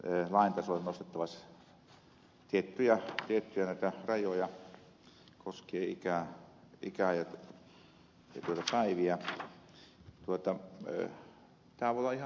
rauhala nyt esittää lain tasolle nostettavaksi tiettyjä rajoja koskien ikää ja päiviä